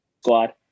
squad